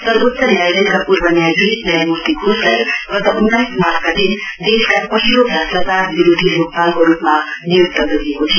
सर्वोच्च न्यायालयका पूर्व न्यायाधीश न्यायमूर्ति घोषलाई उन्नाइस मार्चमा देशका पहिलो भ्रष्टाचार विरोधी लोकपालको रुपमा नियुक्त गरिएको थियो